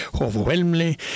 overwhelmingly